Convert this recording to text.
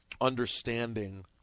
understanding